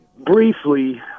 briefly